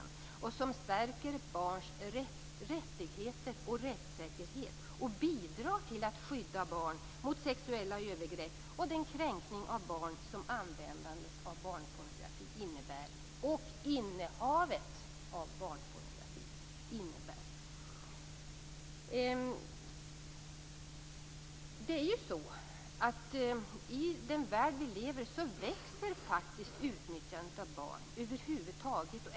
Det är ett förslag som stärker barns rättigheter och rättssäkerhet och bidrar till att skydda barn mot sexuella övergrepp och den kränkning av barn som användandet och innehavet av barnpornografi innebär. I den värld vi lever i ökar faktiskt utnyttjandet av barn över huvud taget.